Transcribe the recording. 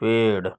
पेड़